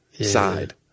side